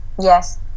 Yes